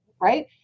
right